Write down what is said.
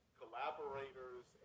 collaborators